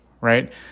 right